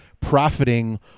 profiting